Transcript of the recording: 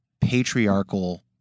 patriarchal